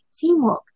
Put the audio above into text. teamwork